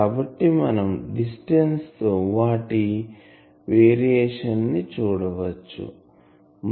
కాబట్టి మనం డిస్టెన్స్ తో వాటి వేరియేషన్ ని చూడవచ్చు